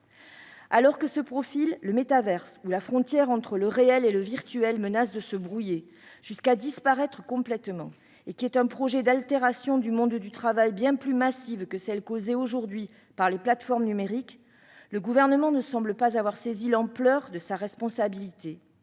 Alors que se profile le métavers, où la frontière entre le réel et le virtuel menace de se brouiller jusqu'à disparaître complètement, et qui est un projet d'altération du monde du travail bien plus massive que celle causée aujourd'hui par les plateformes numériques, le Gouvernement ne semble pas avoir saisi l'ampleur de sa responsabilité,